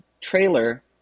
trailer